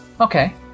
Okay